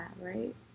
right